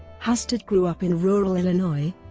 hastert grew up in rural illinois.